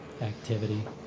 activity